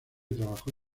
trabajó